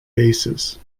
basses